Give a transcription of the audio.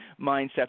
mindset